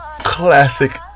classic